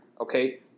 okay